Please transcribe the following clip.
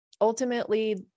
ultimately